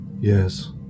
Yes